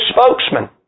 spokesman